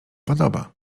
podoba